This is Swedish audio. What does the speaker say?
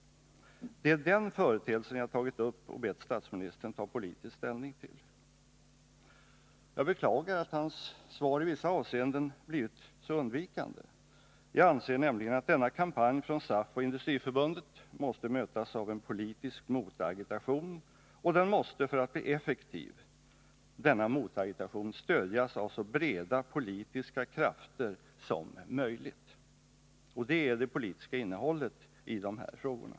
Det är den företeelsen jag tagit upp och bett statsministern ta politisk ställning till. Jag beklagar att statsministerns svar i vissa avseenden blivit så undvikande. Jag anser nämligen att denna kampanj från SAF och Industriförbundet måste mötas av en politisk motagitation. Denna måste, för att bli effektiv, stödjas av så breda politiska krafter som möjligt. Det är det politiska innehållet i dessa frågor.